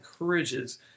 encourages